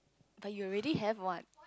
but you already have one